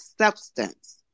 substance